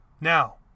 Now